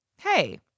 Hey